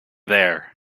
there